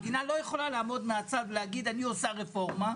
המדינה לא יכולה לעמוד מהצד ולהגיד - אני עושה רפורמה,